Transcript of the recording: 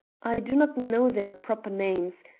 i do not know their proper names.